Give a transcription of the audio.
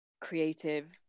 creative